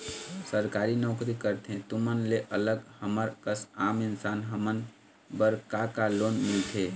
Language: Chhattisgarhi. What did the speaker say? सरकारी नोकरी करथे तुमन ले अलग हमर कस आम इंसान हमन बर का का लोन मिलथे?